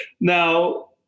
Now